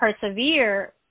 persevere